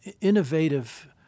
innovative